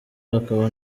akaba